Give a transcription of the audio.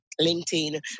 LinkedIn